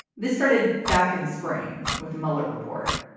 this started back in the spring with the mueller report.